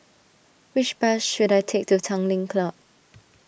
which bus should I take to Tanglin Club